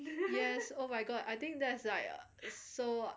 yes oh my god I think there's like uh so